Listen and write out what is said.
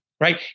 Right